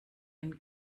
den